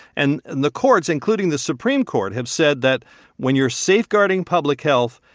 and and the courts, including the supreme court, have said that when you're safeguarding public health,